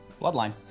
Bloodline